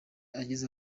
agize